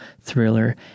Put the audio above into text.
thriller